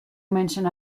mention